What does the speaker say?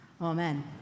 amen